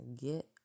Get